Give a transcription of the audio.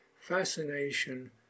fascination